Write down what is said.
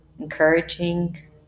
encouraging